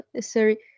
Sorry